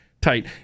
tight